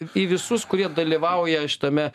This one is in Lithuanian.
į visus kurie dalyvauja šitame